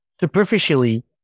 Superficially